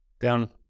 Down